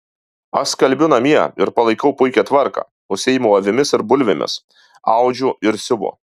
aš skalbiu namie ir palaikau puikią tvarką užsiimu avimis ir bulvėmis audžiu ir siuvu